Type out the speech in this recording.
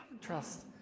trust